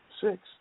six